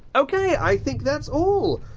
ok, i think that's all,